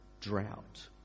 drought